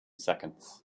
seconds